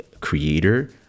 creator